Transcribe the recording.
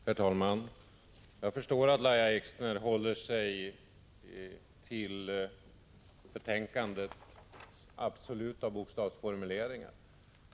Herr talman! Jag förstår att Lahja Exner håller sig till betänkandets bokstavliga fomuleringar.